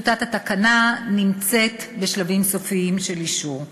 טיוטת התקנה נמצאת בשלבים סופיים של אישור.